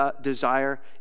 desire